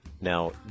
now